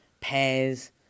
pears